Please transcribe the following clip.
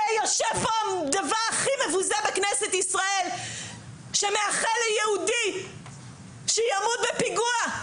שיושב פה דבר הכי מבוזה בכנסת ישראל שמאחל ליהודי שימות בפיגוע,